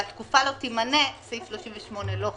שהתקופה לא תימנה - סעיף 38 לא חל,